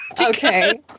Okay